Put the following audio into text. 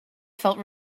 felt